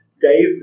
Dave